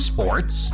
Sports